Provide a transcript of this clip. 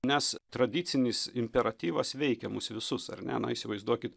nes tradicinis imperatyvas veikia mus visus ar ne na įsivaizduokit